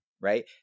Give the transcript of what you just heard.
right